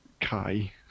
Kai